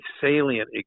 salient